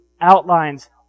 outlines